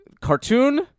cartoon